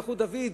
מלכות דוד,